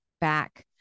back